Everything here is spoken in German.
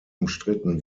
umstritten